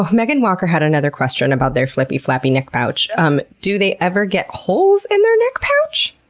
meagan walker had another question about their flippy-flappy neck pouch um do they ever get holes in their neck pouch?